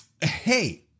hey